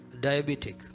diabetic